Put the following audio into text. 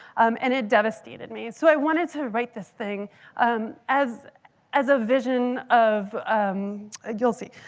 um and it devastated me. so i wanted to write this thing um as as a vision of you'll see.